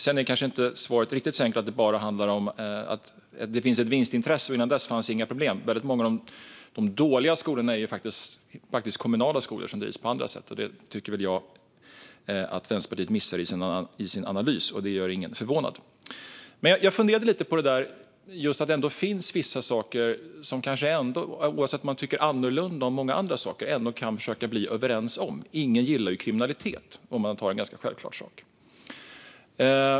Sedan är svaret kanske inte riktigt så enkelt som att det bara handlar om att det finns ett vinstintresse och att det innan dess inte fanns några problem. Många av de dåliga skolorna är faktiskt kommunala skolor, som drivs på andra sätt. Detta tycker jag att Vänsterpartiet missar i sin analys, och det gör ingen förvånad. Jag funderade lite på just att det ändå finns vissa saker som vi, oavsett om vi tycker olika om många andra saker, kan försöka bli överens om. Ingen gillar ju kriminalitet, för att ta en ganska självklar sak.